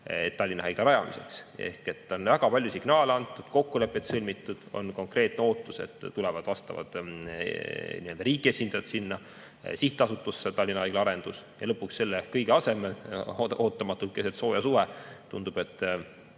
Tallinna Haigla rajamiseks, ehk on väga palju signaale antud, kokkuleppeid sõlmitud, on konkreetne ootus, et tulevad vastavad riigi esindajad sinna SA Tallinna Haigla Arendus, siis lõpuks selle kõige asemel ootamatult keset sooja suve tundub, et